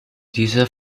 dieser